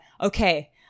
okay